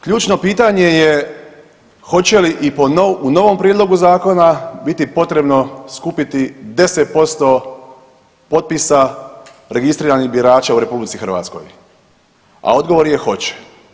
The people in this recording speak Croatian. Ključno pitanje je hoće li u novom prijedlogu zakona biti potrebno skupiti 10% potpisa registriranih birača u RH, a odgovor je hoće.